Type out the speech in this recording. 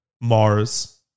Mars